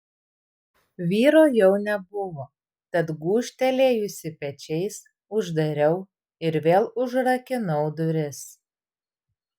vyro jau nebuvo tad gūžtelėjusi pečiais uždariau ir vėl užrakinau duris